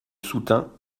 soutint